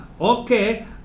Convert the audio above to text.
Okay